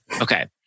Okay